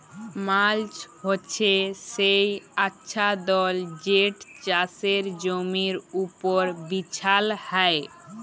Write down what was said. mulch হছে সে আচ্ছাদল যেট চাষের জমির উপর বিছাল হ্যয়